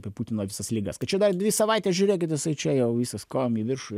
apie putino visas ligas kad čia dar dvi savaites žiūrėkit tasai čia jau visas kojom į viršų